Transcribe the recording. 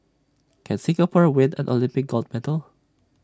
can Singapore win an Olympic gold medal